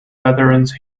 veterans